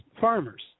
farmers